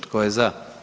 Tko je za?